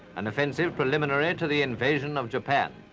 an offensive preliminary to the invasion of japan.